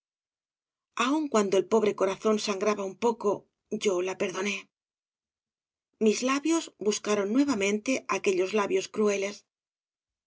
aun cuando el pobre corazón sangraba un poco yo la perdoné mis labios buscaron nuevamente aquellos labios crueles